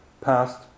past